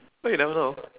well you never know